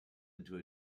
into